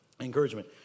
Encouragement